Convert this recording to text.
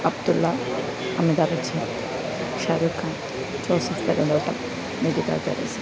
Abdulla Amitabh Bachchan Shahrukh Khan Joseph Perunthottam Nikita Davis